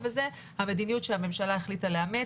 אבל זו המדיניות שהממשלה החליטה לאמץ.